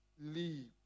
Leave